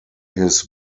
his